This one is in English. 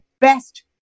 best